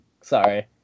Sorry